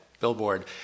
billboard